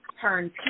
turn